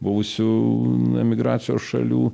buvusių emigracijos šalių